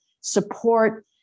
support